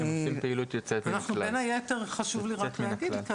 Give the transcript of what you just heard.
חשוב לנו רק להגיד,